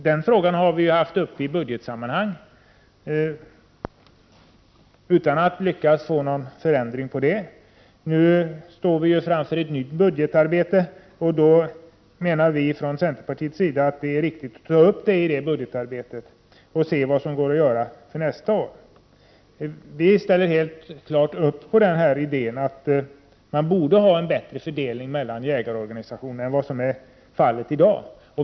Den frågan har vi haft uppe i budgetsammanhang utan att lyckas få någon förändring av rådande förhållanden. Nu står vi inför ett nytt budgetarbete, och då menar vi från centerns sida att det är riktigt att ta upp anslag till jaktorganisationerna i budgetarbetet för att se vad som går att göra för nästa år. Vi ställer upp bakom idén att man borde ha en bättre fördelning mellan jägarorganisationerna än vad som är fallet i dag.